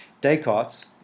Descartes